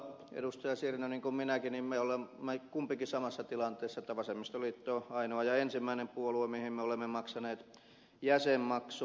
sirnö niin kuin minäkin olemme kumpikin samassa tilanteessa että vasemmistoliitto on ainoa ja ensimmäinen puolue mihin me olemme maksaneet jäsenmaksun